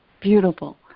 Beautiful